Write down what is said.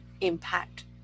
impact